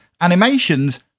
animations